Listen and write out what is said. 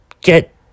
get